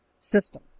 system